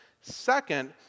Second